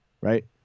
right